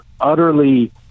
utterly